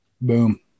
Boom